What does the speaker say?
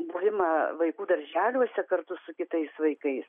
buvimą vaikų darželiuose kartu su kitais vaikais